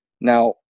now